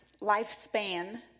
Lifespan